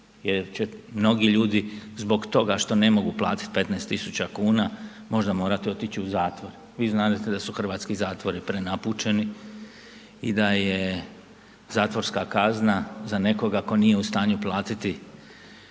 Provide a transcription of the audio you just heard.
jer će mnogi ljudi zbog toga što ne mogu platiti 15 tisuća kuna, možda morati otići u zatvor. Vi znadete da su hrvatski zatvori prenapučeni i da je zatvorska kazna za nekoga tko nije u stanju platiti